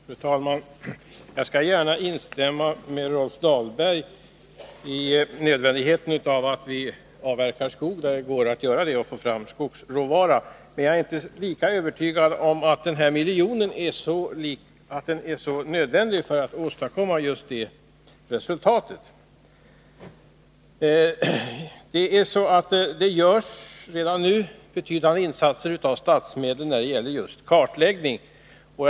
Fru talman! Jag vill gärna instämma med Rolf Dahlberg när det gäller nödvändigheten av att vi avverkar skog där det så går att göra för att få fram skogsråvara. Men jag är inte lika övertygad om att just denna miljon erfordras för att man skall åstadkomma det resultatet. Redan nu görs det betydande insatser när det gäller kartläggning som finansieras med statsmedel.